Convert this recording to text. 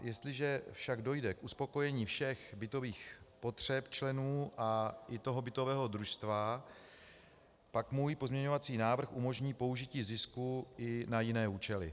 Jestliže však dojde k uspokojení všech potřeb členů a i toho bytového družstva, pak můj pozměňovací návrh umožní použití zisku i na jiné účely.